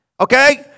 Okay